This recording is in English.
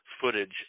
footage